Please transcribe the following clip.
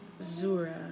Zura